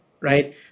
right